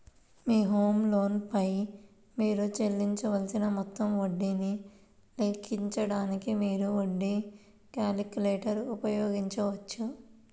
మీ home loan పై మీరు చెల్లించవలసిన మొత్తం వడ్డీని లెక్కించడానికి, మీరు వడ్డీ క్యాలిక్యులేటర్ ఉపయోగించవచ్చు